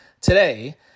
today